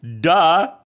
Duh